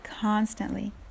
constantly